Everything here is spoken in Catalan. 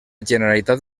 generalitat